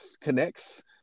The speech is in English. connects